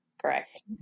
correct